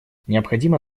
необходимо